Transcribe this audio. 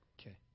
Okay